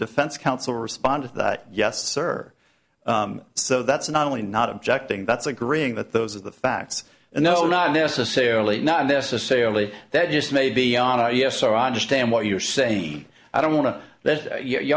defense counsel responded yes sir so that's not only not objecting that's agreeing that those are the facts and no not necessarily not necessarily that just may be on a yes or understand what you're saying i don't want to